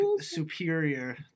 superior